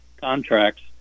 contracts